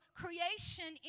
creation